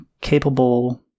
capable